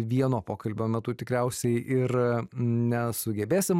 vieno pokalbio metu tikriausiai ir nesugebėsim